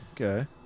Okay